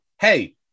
hey